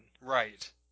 right